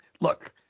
look